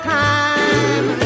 time